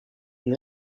naît